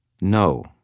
No